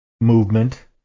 movement